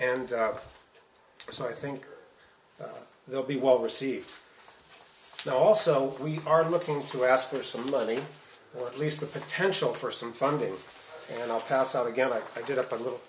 and so i think they'll be well received and also we are looking to ask for some money or at least the potential for some funding and i'll pass out again like i did up a little